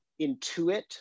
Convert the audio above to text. intuit